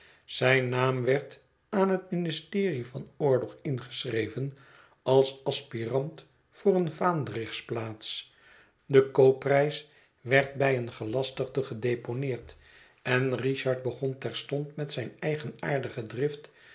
zijn naam werd aan het ministerie van oorlog ingeschreven als adspirant voor een vaandrigsplaats de koopprijs werd bij een gelastigde gedeponeerd en richard begon terstond met zijn eigenaardige